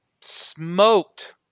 Smoked